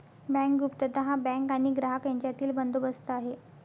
bank गुप्तता हा bank आणि ग्राहक यांच्यातील बंदोबस्त आहे